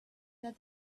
that